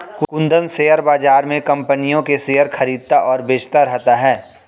Kundan share बाज़ार में कम्पनियों के शेयर खरीदता और बेचता रहता है